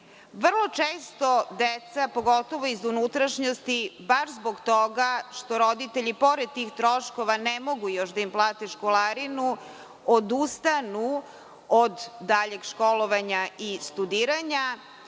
Vrlo često deca, pogotovo iz unutrašnjosti, bar zbog toga što roditelji pored tih troškova ne mogu još da im plate školarinu, odustanu od daljeg školovanja i studiranja.